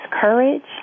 courage